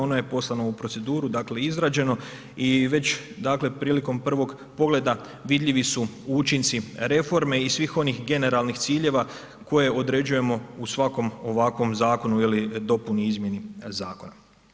Ono je poslano u proceduru, dakle izrađeno i već dakle prilikom prvog pogleda vidljivi su učinci reforme i svih onih generalnih ciljeva koje određujemo u svakom ovakvom zakonu ili dopuni, izmjeni zakona.